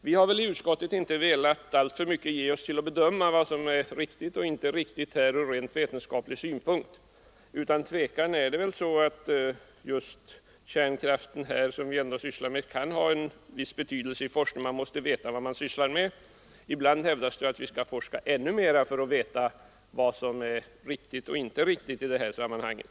Vi har i utskottet inte velat alltför ingående bedöma vad som är riktigt och inte riktigt ur rent vetenskaplig synpunkt. Utan tvivel kan just forskning beträffande kärnkraft ha en viss betydelse. Man måste veta vad man sysslar med. Ibland hävdas det att vi skall forska ännu mer för att veta vad som är riktigt och inte riktigt i det sammanhanget.